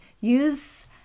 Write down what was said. Use